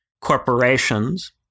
corporations